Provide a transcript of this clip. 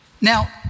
Now